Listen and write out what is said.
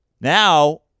Now